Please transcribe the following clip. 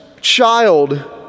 child